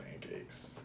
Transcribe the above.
pancakes